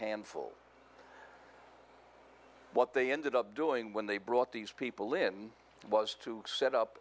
handful what they ended up doing when they brought these people in was to set up